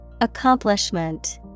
Accomplishment